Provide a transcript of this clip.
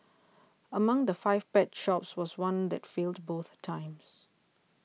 among the five pet shops was one that failed both times